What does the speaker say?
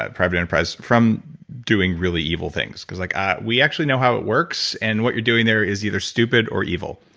ah private enterprise from doing really evil things, because like ah we actually know how it works, and what you're doing there is either stupid or evil,